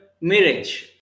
mirage